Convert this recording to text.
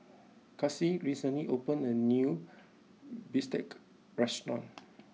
Kassie recently opened a new Bistake restaurant